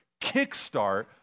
kickstart